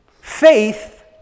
Faith